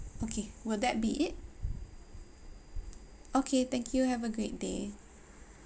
okay will that be it okay thank you have a great day